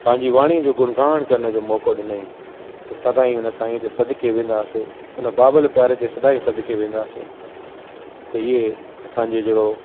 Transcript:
पंहिंजी वाणी जो गुणगान करण जो मौको ॾिनईं त सदाईं हुन साईं ते सदके वेंदासीं हुन बाबल प्यारे ते सदाईं सदके वेंंदासीं त इहे असांजे जहिड़ो